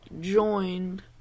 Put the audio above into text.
joined